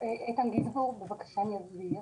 איזו עבירה?